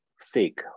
sick